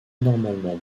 anormalement